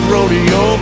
Rodeo